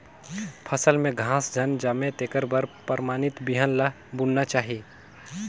फसल में घास झन जामे तेखर बर परमानित बिहन ल बुनना चाही